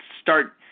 start